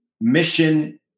mission